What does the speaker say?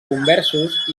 conversos